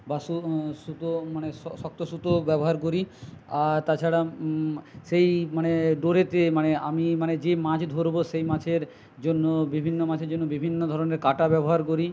বা সুতো মানে শক্ত সুতো ব্যবহার করি আর তাছাড়া সেই মানে ডোরেতে মানে আমি মানে যে মাছ ধরব সেই মাছের জন্য বিভিন্ন মাছের জন্য বিভিন্ন ধরনের কাঁটা ব্যবহার করি